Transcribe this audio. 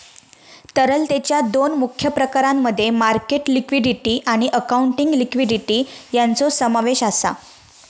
तरलतेच्या दोन मुख्य प्रकारांमध्ये मार्केट लिक्विडिटी आणि अकाउंटिंग लिक्विडिटी यांचो समावेश आसा